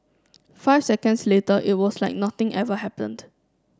five seconds later it was like nothing ever happened